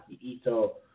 Ito